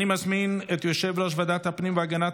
אני מזמין את יושב-ראש ועדת הפנים והגנת